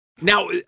Now